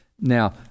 Now